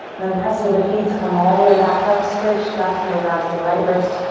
then press into the feet to come all the way back up. switch left hand grabs the right wrist.